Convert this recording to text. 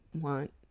want